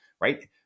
right